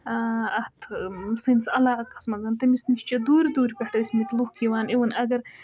اَتھ سٲنِس علاقَس منٛز تٔمِس نِش چھِ دوٗرِ دوٗرِ پٮ۪ٹھ ٲسۍ مٕتۍ لوٗکھ یِوان اِوٕن اَگر